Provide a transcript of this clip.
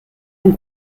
ein